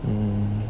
um